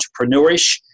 entrepreneurish